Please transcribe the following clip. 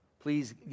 Please